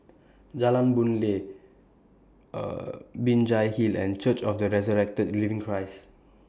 Jalan Boon Lay Binjai Hill and Church of The Resurrected Living Christ